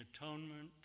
atonement